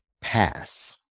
pass